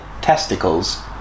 testicles